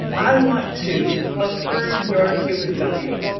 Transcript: i want to affirm your human value.